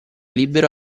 libero